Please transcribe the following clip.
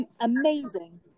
amazing